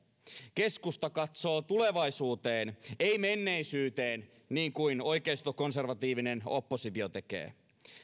keskusta katsoo tulevaisuuteen ei menneisyyteen niin kuin oikeistokonservatiivinen oppositio tekee